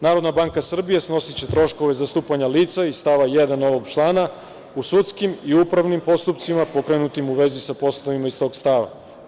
Narodna banka Srbije snosiće troškove zastupanja lica iz stava 1. ovog člana u sudskim i upravnim postupcima pokrenutim u vezi sa poslovima iz tog stava.